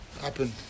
happen